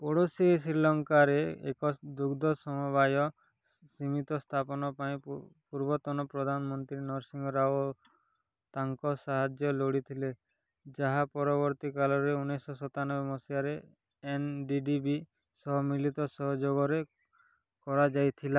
ପଡୋଶୀ ଶ୍ରୀଲଙ୍କାରେ ଏକ ଦୁଗ୍ଧ ସମବାୟ ସମିତି ସ୍ଥାପନ ପାଇଁ ପୂର୍ବତନ ପ୍ରଧାନମନ୍ତ୍ରୀ ନରସିଂହ ରାଓ ତାଙ୍କ ସାହାଯ୍ୟ ଲୋଡ଼ିଥିଲେ ଯାହା ପରବର୍ତ୍ତୀ କାଳରେ ଉଣେଇଶିଶହ ସତାନବେ ମସିହାରେ ଏନ୍ ଡ଼ି ଡ଼ି ବି ସହ ମିଳିତ ସହଯୋଗରେ କରାଯାଇଥିଲା